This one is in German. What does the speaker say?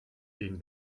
den